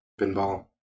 pinball